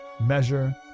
measure